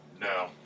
No